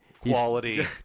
quality